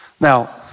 Now